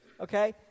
Okay